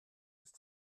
ist